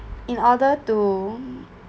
in order to